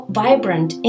vibrant